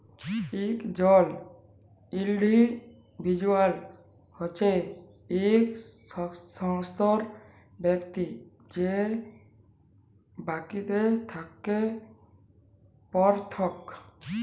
একজল ইল্ডিভিজুয়াল হছে ইক স্বতন্ত্র ব্যক্তি যে বাকিদের থ্যাকে পিরথক